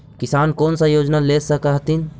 किसान कोन सा योजना ले स कथीन?